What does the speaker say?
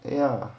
ya